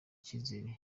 cyizere